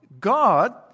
God